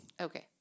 Okay